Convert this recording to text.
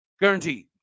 guaranteed